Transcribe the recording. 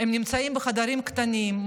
הם נמצאים בחדרים קטנים,